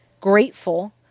grateful